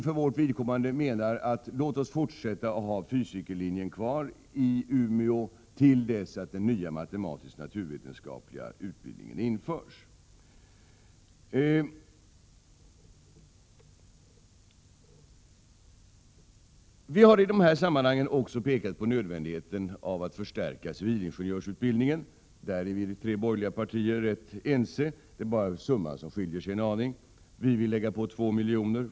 För vårt vidkommande menar vi att man skall fortsätta att ha kvar fysikerlinjen i Umeå, till dess att den nya matematisknaturvetenskapliga utbildningen införs. I detta sammanhang har vi också pekat på nödvändigheten av att förstärka civilingenjörsutbildningen. De tre borgerliga partierna är i stort sett ense. Det är bara summan som skiljer sig en aning. Vi vill lägga på 2 miljoner.